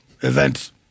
Events